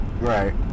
Right